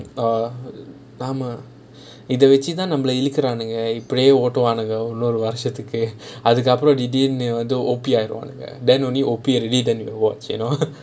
oh ஆமா இத வெச்சி தான் நாமளா இழுக்கிறானுங்க இப்டியே ஓட்டுவனுங்க ஒரு வருஷத்துக்கு அது அப்புறம் திடீருனு:aamaa itha vechi thaan naamalaa ilukkiraanunga ipdiyae otuvanunga oru varushathukku athu appuram thideerunu then only O_P already then you will watch you know